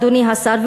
אדוני השר,